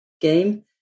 game